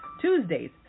Tuesdays